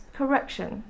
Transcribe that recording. correction